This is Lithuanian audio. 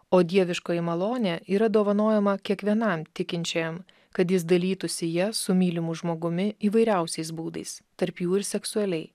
o dieviškoji malonė yra dovanojama kiekvienam tikinčiajam kad jis dalytųsi ja su mylimu žmogumi įvairiausiais būdais tarp jų ir seksualiai